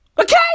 Okay